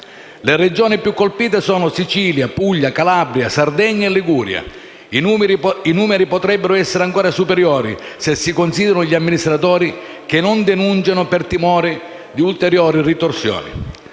Le Regioni più colpite sono Sicilia, Puglia, Calabria, Sardegna e Liguria. I numeri potrebbero essere ancora superiori se si considerano gli amministratori che non denunciano per timore di ulteriori ritorsioni.